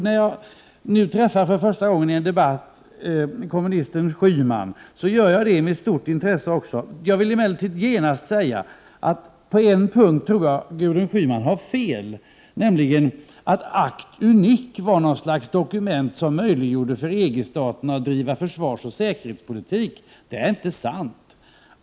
När jag nu för första gången i en debatt träffar kommunisten Schyman, gör jag det med stort intresse. Jag vill emellertid genast säga att jag tror att hon har fel på en punkt, nämligen i fråga om att ”Acte Unique” skulle vara något slags dokument som möjliggjorde för EG-staterna att driva försvarsoch säkerhetspolitik. Det är inte sant.